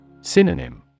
Synonym